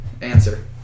Answer